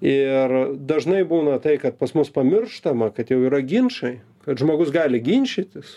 ir dažnai būna tai kad pas mus pamirštama kad jau yra ginčai kad žmogus gali ginčytis